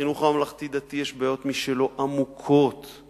לחינוך הממלכתי-דתי יש בעיות עמוקות משלו,